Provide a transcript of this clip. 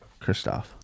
Kristoff